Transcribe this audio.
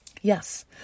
Yes